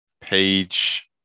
Page